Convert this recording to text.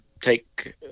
take